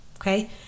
okay